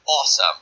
awesome